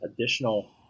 additional